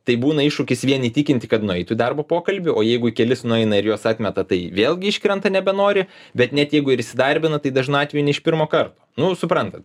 tai būna iššūkis vien įtikinti kad nueitų į darbo pokalbį o jeigu į kelis nueina ir juos atmeta tai vėlgi iškrenta nebenori bet net jeigu ir įsidarbina tai dažnu atveju ne iš pirmo karto nu suprantat